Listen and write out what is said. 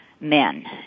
men